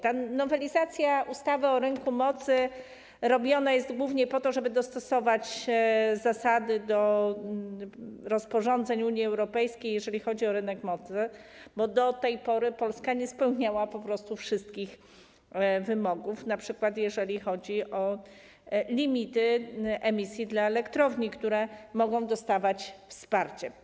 Ta nowelizacja ustawy o rynku mocy robiona jest głównie po to, żeby dostosować zasady do rozporządzeń Unii Europejskiej, jeżeli chodzi o rynek mocy, bo do tej pory Polska po prostu nie spełniała wszystkich wymogów, np. jeżeli chodzi o limity emisji dla elektrowni, które mogą dostawać wsparcie.